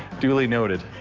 duly noted.